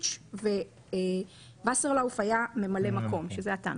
סמוטריץ', כאשר וסרלאוף היה ממלא המקום, שזה אתה.